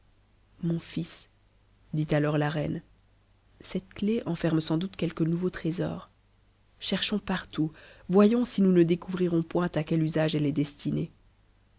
mon fils dit alors la reine cette clef enferme sans doute quelque nouveau trésor cherchons partout voyons si nous ne découvrirons point à quel usage elle est destinée